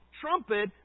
trumpet